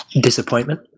Disappointment